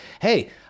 hey